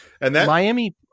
Miami